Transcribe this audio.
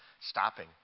stopping